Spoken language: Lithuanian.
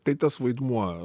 tai tas vaidmuo